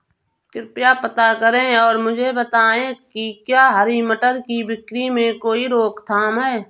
कृपया पता करें और मुझे बताएं कि क्या हरी मटर की बिक्री में कोई रोकथाम है?